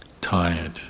tired